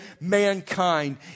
mankind